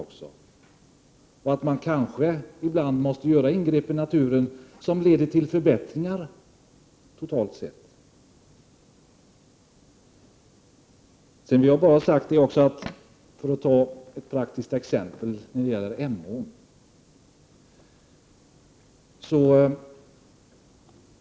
Ibland måste man kanske göra ingrepp i naturen som leder till förbättringar totalt sett. Ett exempel är Emån.